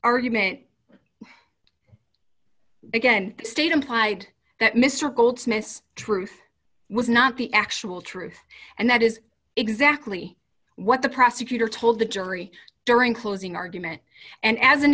argument again state implied that mr goldsmith's truth was not the actual truth and that is exactly what the prosecutor told the jury during closing argument and as an